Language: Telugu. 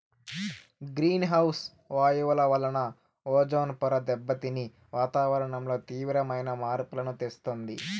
గ్రీన్ హౌస్ వాయువుల వలన ఓజోన్ పొర దెబ్బతిని వాతావరణంలో తీవ్రమైన మార్పులను తెస్తుంది